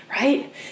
Right